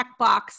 checkbox